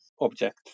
object